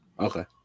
Okay